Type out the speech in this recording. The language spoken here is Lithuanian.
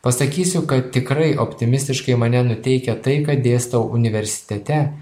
pasakysiu kad tikrai optimistiškai mane nuteikia tai kad dėstau universitete